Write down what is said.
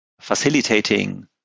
facilitating